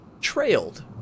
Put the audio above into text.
trailed